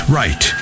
right